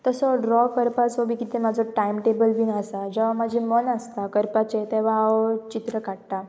तसो ड्रॉ करपाचो बी कितें म्हजो टायमटेबल बीन आसा जेवा म्हजें मन आसता करपाचें तेवा हांव चित्र काडटां